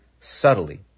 subtly